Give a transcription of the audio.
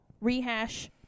rehash